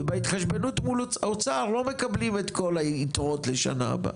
ובהתחשבנות מול האוצר לא מקבלים את כל היתרות לשנה הבאה,